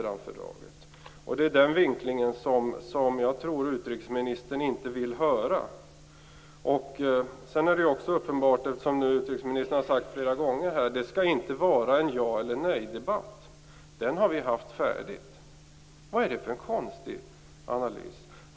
Det är den vinkling som jag tror utrikesministern inte vill höra. Som utrikesministern sagt flera gånger är det uppenbart att det inte skall vara en ja-eller-nej-debatt. Den har vi fört färdigt. Vad är det för en konstig analys?